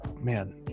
man